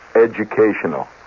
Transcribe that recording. educational